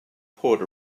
poured